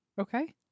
okay